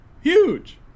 huge